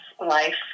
life